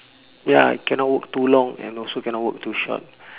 ya cannot work too long and also cannot work too short